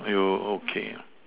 you okay lah